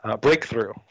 breakthrough